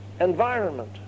environment